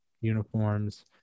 uniforms